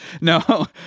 No